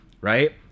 right